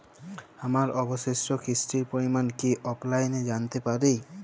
আমার অবশিষ্ট কিস্তির পরিমাণ কি অফলাইনে জানতে পারি?